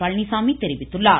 பழனிசாமி தெரிவித்துள்ளார்